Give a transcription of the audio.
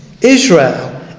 Israel